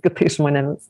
kitais žmonėmis